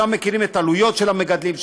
שם מכירים את העלויות של המגדלים,